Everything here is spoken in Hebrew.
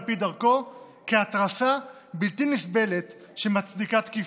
פי דרכו כהתרסה בלתי נסבלת שמצדיקה תקיפה.